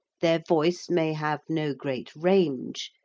their voice may have no great range,